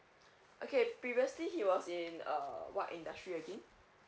okay previously he was in err what industry again